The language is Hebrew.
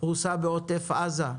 בעוטף עזה,